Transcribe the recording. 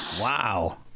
Wow